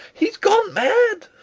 he has gone mad!